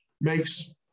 makes